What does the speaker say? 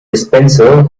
dispenser